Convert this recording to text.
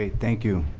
ah thank you.